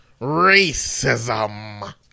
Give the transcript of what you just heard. Racism